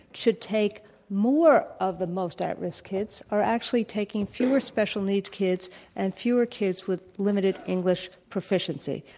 should take more of the most at-risk kids are actually taking fewer special needs kids and fewer kids with limited english proficiency.